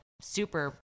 super